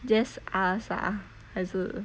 just us ah 还是